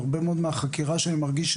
היו הרבה מאוד מהחקירה שאני מרגיש,